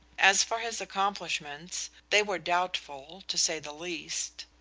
as for his accomplishments, they were doubtful, to say the least.